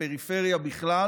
בפריפריה ובכלל.